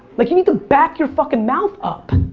like you need to back your fuckin' mouth up.